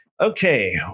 okay